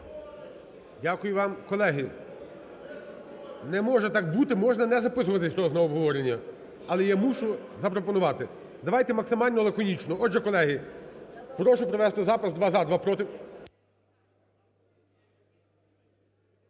Дякую вам. Колеги, не може так бути, можна не записуватись …… обговорення, але я мушу запропонувати. Давайте максимально лаконічно. Отже, колеги, прошу провести запис: два – за, два – проти.